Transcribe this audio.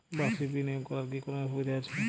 বাষির্ক বিনিয়োগ করার কি কোনো সুবিধা আছে?